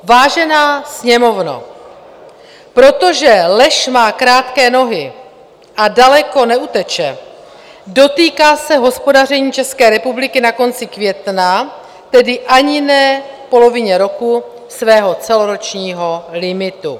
Vážená Sněmovno, protože lež má krátké nohy a daleko neuteče, dotýká se hospodaření České republiky na konci května, tedy ani ne v polovině roku, svého celoročního limitu.